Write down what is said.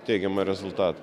teigiamą rezultatą